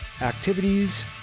activities